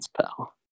pal